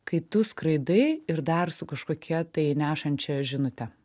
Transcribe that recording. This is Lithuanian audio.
kai tu skraidai ir dar su kažkokia tai nešančia žinute